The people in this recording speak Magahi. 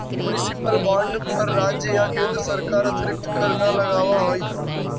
मुनिसिपल बॉन्ड पर राज्य या केन्द्र सरकार अतिरिक्त कर न लगावऽ हइ